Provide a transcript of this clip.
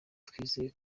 twizeye